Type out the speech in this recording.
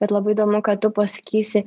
bet labai įdomu ką tu pasakysi